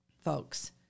folks